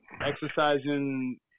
exercising